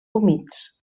humits